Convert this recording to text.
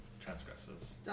transgresses